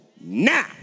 now